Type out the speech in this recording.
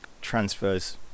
transfers